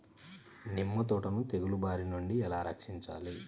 నిమ్మ తోటను తెగులు బారి నుండి ఎలా రక్షించాలి?